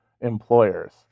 employers